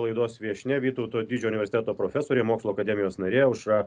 laidos viešnia vytauto didžio universiteto profesorė mokslų akademijos narė aušra